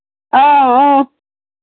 آ آ